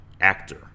actor